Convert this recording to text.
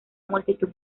multitud